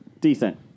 Decent